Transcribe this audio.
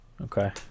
okay